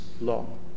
long